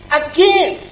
again